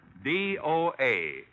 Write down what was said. D-O-A